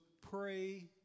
pray